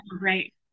right